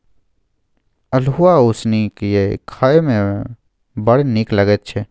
अल्हुआ उसनि कए खाए मे बड़ नीक लगैत छै